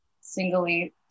singly